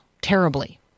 terribly